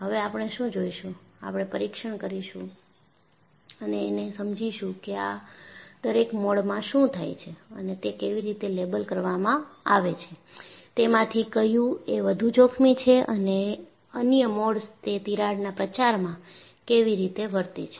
હવે આપણે શું જોઈશું આપણે પરીક્ષણ કરીશું અને એને સમજીશું કે આ દરેક મોડમાં શું થાય છે અને તે કેવી રીતે લેબલ કરવામાં આવે છે તેમાંથી કયું એ વધુ જોખમી છે અન્ય મોડ્સ એ તિરાડના પ્રચારમાં કેવી રીતે વર્તે છે